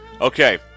Okay